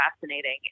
fascinating